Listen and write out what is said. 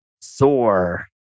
soar